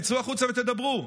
תצאו החוצה ותדברו.